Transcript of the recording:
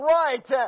right